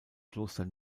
kloster